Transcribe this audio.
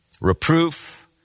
reproof